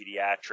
pediatrics